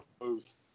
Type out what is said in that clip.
booth